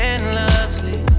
Endlessly